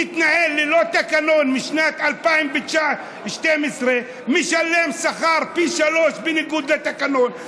הוא מתנהל ללא תקנון משנת 2012. הוא משלם שכר פי שלושה בניגוד לתקנון.